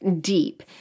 deep